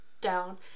down